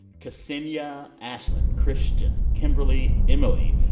kesenia, ashlyn, christian, kimberly, emily,